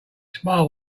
smile